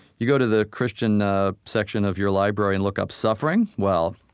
you go to the christian ah section of your library, and look up suffering. well,